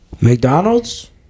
mcdonald's